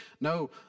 No